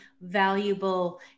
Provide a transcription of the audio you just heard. valuable